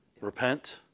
Repent